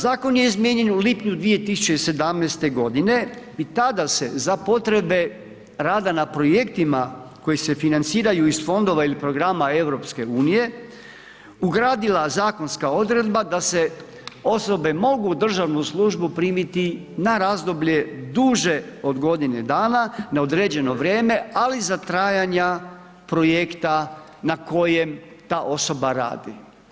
Zakon je izmijenjen u lipnju 2017. godine i tada se, za potrebe rada na projektima koji se financiraju iz fondova ili programa EU, ugradila zakonska odredba da se osobe mogu u državnu službu primiti na razdoblje duže od godine dana na određeno vrijeme, ali za trajanja projekta na kojem na osoba radi.